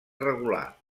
regular